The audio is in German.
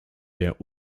der